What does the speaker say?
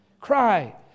Cry